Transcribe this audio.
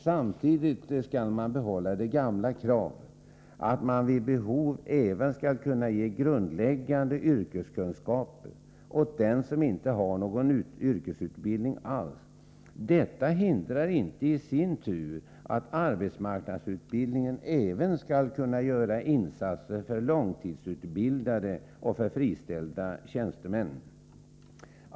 Samtidigt skall man behålla det gamla kravet att vid behov även kunna ge grundläggande yrkeskunskaper åt dem som inte har någon yrkesutbildning alls. Det hindrar i sin tur inte att arbetsmarknadsutbildningen även skall kunna göra insatser för långtidsutbildade och för friställda tjänstemän.